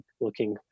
looking